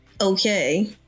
okay